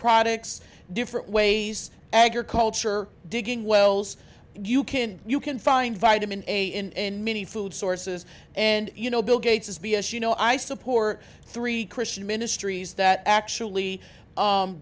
products different ways agriculture digging wells you can you can find vitamin a in many food sources and you know bill gates is b s you know i support three christian ministries that actually